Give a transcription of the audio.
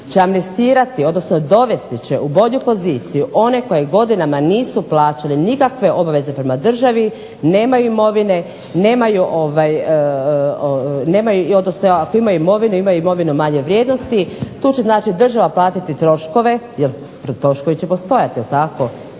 će amnestirati odnosno dovesti će u bolju poziciju one koji godinama nisu plaćali nikakve obveze prema državi, nemaju odnosno ako imaju imovinu imaju imovinu manje vrijednosti. Tu će država platiti troškove jer troškovi će postojati jel tako,